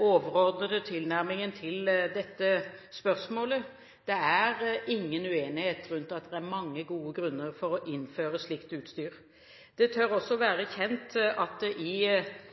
overordnede tilnærmingen til dette spørsmålet. Det er ingen uenighet rundt at det er mange gode grunner for å innføre slikt utstyr. Det tør også være kjent at det i